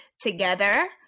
together